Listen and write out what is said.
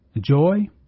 Joy